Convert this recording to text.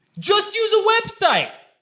just use a website!